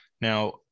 Now